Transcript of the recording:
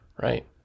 Right